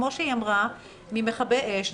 כמו שאמרה ממכבי האש,